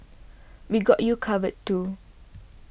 we got you covered too